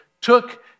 took